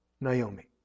Naomi